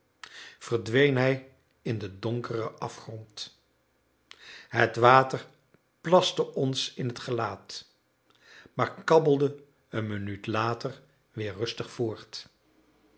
verdween hij in den donkeren afgrond het water plaste ons in het gelaat maar kabbelde een minuut later weer rustig voort